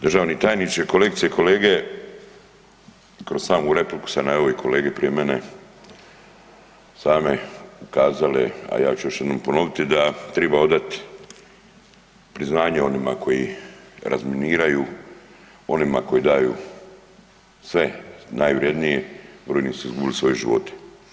Državni tajniče, kolegice i kolege kroz samu repliku su ove kolege prije mene same ukazale, a ja ću još jednom ponoviti da triba odat priznanje onima koji razminiraju, onima koji daju sve najvrednije, brojni su izgubili svoje živote.